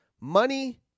Money